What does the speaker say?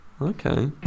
Okay